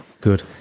Good